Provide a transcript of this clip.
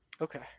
Okay